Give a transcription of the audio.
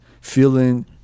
feeling